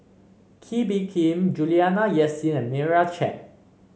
Kee Bee Khim Juliana Yasin and Meira Chand